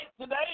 today